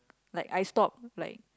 like I stop like